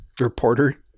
reporter